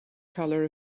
color